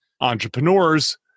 entrepreneurs